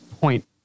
point